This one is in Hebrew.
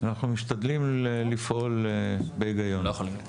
אנחנו משתדלים לפעול בהיגיון.